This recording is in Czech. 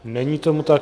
Není tomu tak.